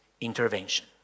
intervention